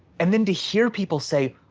and then to hear people say,